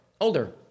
older